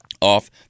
off